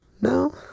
No